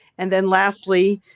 and then lastly,